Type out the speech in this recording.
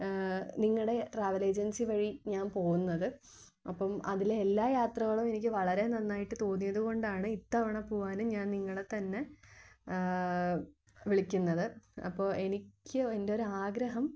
നിങ്ങളുടെ travel agency വഴി ഞാൻ പോവുന്നത് അപ്പം അതിലെ എല്ലാ യാത്രകളും എനിക്ക് വളരെ നന്നായിട്ട് തോന്നിയതുകൊണ്ടാണ് ഇത്തവണ പോവാനും ഞാൻ നിങ്ങളെ തന്നെ വിളിക്കുന്നത് അപ്പോൾ എനിക്ക് എൻറെ ഒരു ആഗ്രഹം